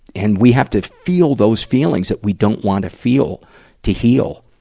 and we have to feel those feelings that we don't want to feel to heal.